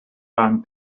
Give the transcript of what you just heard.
fan